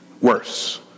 worse